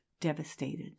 devastated